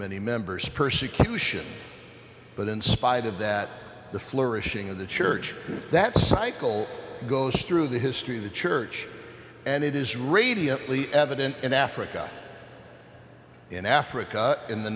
many members persecution but in spite of that the flourishing of the church that cycle goes through the history of the church and it is radiant lee evident in africa in africa in the